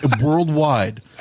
Worldwide